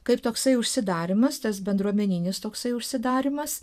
kaip toksai užsidarymas tas bendruomeninis toksai užsidarymas